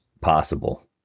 possible